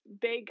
big